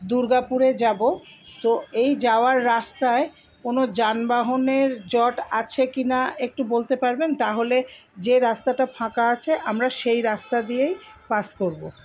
দুর্গাপুরে যাবো তো এই যাওয়ার রাস্তায় কোনো যানবাহনের জট আছে কি না একটু বলতে পারবেন তাহলে যে রাস্তাটা ফাঁকা আছে আমরা সেই রাস্তা দিয়েই পাস করবো